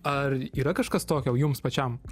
ar yra kažkas tokio jums pačiam